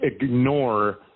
ignore